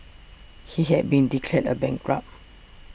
he had been declared a bankrupt